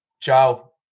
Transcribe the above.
Ciao